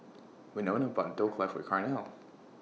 Wynona bought Dhokla For Carnell